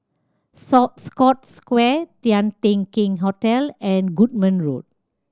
sore Scotts Square Tian Teck Keng Hotel and Goodman Road